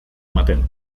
ematen